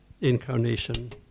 incarnation